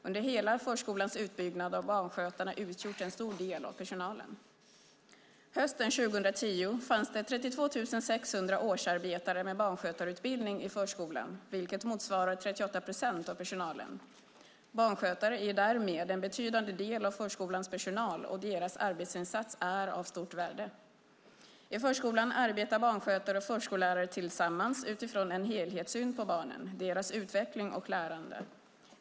Under hela förskolans utbyggnad har barnskötarna utgjort en stor del av personalen. Hösten 2010 fanns det 32 600 årsarbetare med barnskötarutbildning i förskolan, vilket motsvarar 38 procent av personalen. Barnskötare är därmed en betydande del av förskolans personal, och deras arbetsinsats är av stort värde. I förskolan arbetar barnskötare och förskollärare tillsammans utifrån en helhetssyn på barnen, deras utveckling och lärande.